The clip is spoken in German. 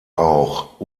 auch